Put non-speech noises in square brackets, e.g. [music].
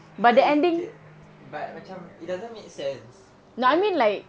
[noise] but macam it doesn't make sense like